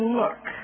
look